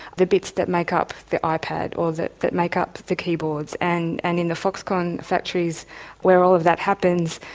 the bits that make up the ah ipad, or that make up the keyboards and and in the foxconn factories where all of that happens,